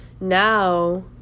now